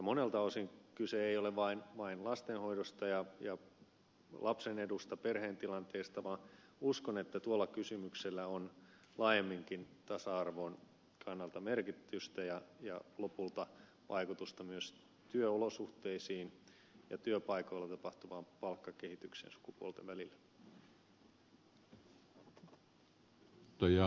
monelta osin kyse ei ole vain lastenhoidosta ja lapsen edusta perheen tilanteesta vaan uskon että tuolla kysymyksellä on laajemminkin tasa arvon kannalta merkitystä ja lopulta vaikutusta myös työolosuhteisiin ja työpaikoilla tapahtuvaan palkkakehitykseen sukupuolten välillä